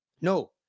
No